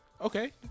Okay